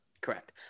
Correct